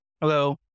Hello